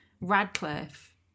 Radcliffe